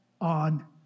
on